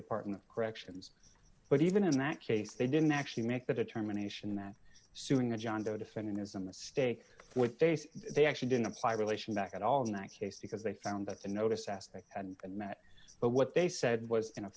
department of corrections but even in that case they didn't actually make the determination that suing the john doe defendant is a mistake with base they actually didn't apply relation back at all because they found that the notice aspect had met but what they said was in a